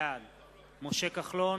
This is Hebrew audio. בעד משה כחלון,